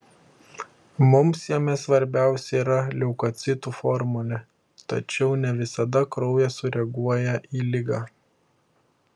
mums jame svarbiausia yra leukocitų formulė tačiau ne visada kraujas sureaguoja į ligą